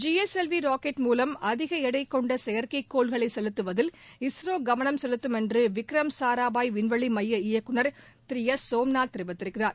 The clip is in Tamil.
G S L V rocket மூலம் அதிக எடை கொண்ட செயற்கைக்கோள்களை செலுத்துவதில் இஸ்ரோ கவனம் செலுத்தும் என்று விக்ரம் சாராபாய் விண்வெளி மைய இயக்குநர் திரு எஸ் சோம்நாத் கூறியிருக்கிறார்